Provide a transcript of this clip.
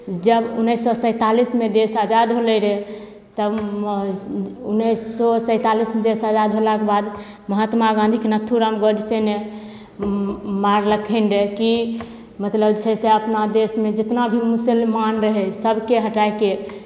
जब उनैस सओ सेंतालीसमे देश आजाद होले रहय तबमे उनैस सओ सेंतालीसमे देश आजाद होलाके बाद महात्मा गाँधीके नाथुराम गोडसे ने मारलखिन रऽ कि ई मतलब छै से अपना देशमे जेतना भी मुसलमान रहय सभके हटाके